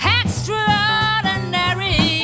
extraordinary